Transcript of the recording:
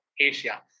Asia